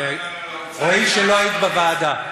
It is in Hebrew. רואים שלא היית בוועדה.